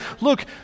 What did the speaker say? look